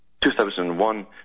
2001